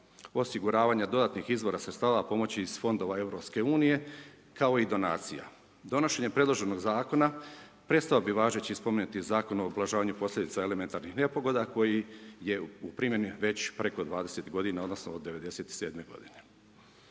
osiguravanje dodatnih sredstava pomoći iz fondova EU, kao i donacija. Donošenje predloženih zakona, prestao bi važeći spomenuti zakon o ublažavanju posljedica elementarnih nepogoda, koji je u primjeni već preko 20 g. odnosno od '97. g.